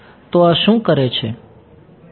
તો આ શું કરે છે